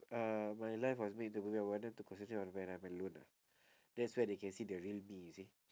uh my life was made into a movie I want them to concentrate on when I'm alone ah that's where they can see the real me you see